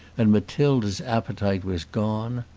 and matilda's appetite was gone.